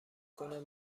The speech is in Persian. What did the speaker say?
کنم